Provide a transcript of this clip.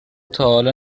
تاحالا